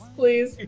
please